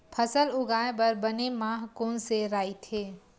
फसल उगाये बर बने माह कोन से राइथे?